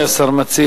מה אדוני השר מציע?